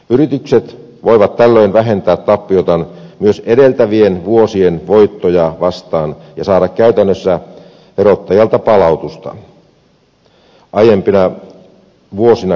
yritykset voivat tällöin vähentää tappioitaan myös edeltävien vuosien voittoja vastaan ja saada käytännössä verottajalta palautusta aiempina vuosina maksamistaan veroista